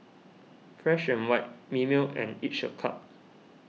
Fresh and White Mimeo and Each A Cup